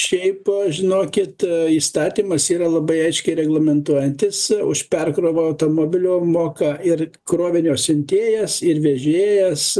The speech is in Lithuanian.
šiaip žinokit įstatymas yra labai aiškiai reglamentuojantis už perkrovą automobilio moka ir krovinio siuntėjas ir vežėjas